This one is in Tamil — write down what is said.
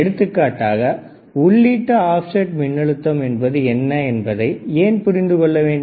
எடுத்துக்காட்டாக உள்ளீட்டு ஆப்செட் மின்னழுத்தம் என்பது என்ன என்பதை ஏன் புரிந்து கொள்ள வேண்டும்